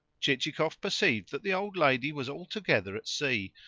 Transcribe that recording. chichikov perceived that the old lady was altogether at sea,